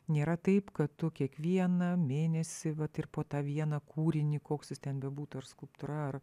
nėra taip kad tu kiekvieną mėnesį vat ir po tą vieną kūrinį koks jis ten bebūtų ar skulptūra